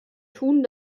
tun